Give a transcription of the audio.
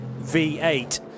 V8